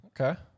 Okay